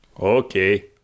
okay